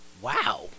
Wow